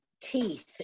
teeth